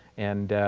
and